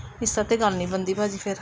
ਇਸ ਤਰ੍ਹਾਂ ਤਾਂ ਗੱਲ ਨਹੀਂ ਬਣਦੀ ਭਾਅ ਜੀ ਫਿਰ